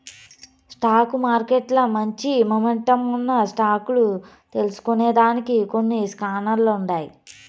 stock మార్కెట్ల మంచి momentum ఉన్న స్టాక్ లు తెల్సుకొనేదానికి కొన్ని స్కానర్లుండాయి